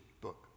book